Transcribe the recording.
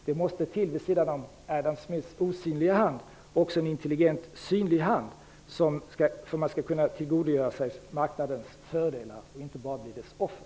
Det måste, vid sidan om Adam Smiths osynliga hand, också till en intelligent synlig hand för att man skall kunna tillgodogöra sig marknadens fördelar och inte bara bli dess offer.